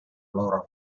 loro